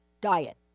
diet